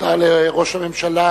תודה לראש הממשלה.